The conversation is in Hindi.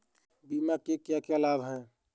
बीमा के क्या क्या लाभ हैं?